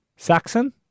Saxon